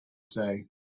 say